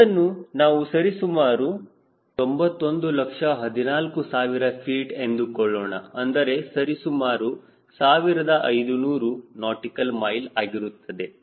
ಇದನ್ನು ನಾವು ಸರಿಸುಮಾರು 9114000 ಫೀಟ್ ಎಂದುಕೊಳ್ಳೋಣ ಅಂದರೆ ಸರಿಸುಮಾರು 1500 ನಾಟಿಕಲ್ ಮೈಲ್ ಆಗುತ್ತದೆ